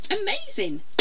Amazing